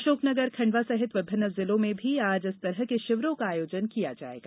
अशोकनगर खंडवा सहित विभिन्न जिलों में भी आज इस तरह के शिविरों का आयोजन किया जायेगा